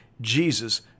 Jesus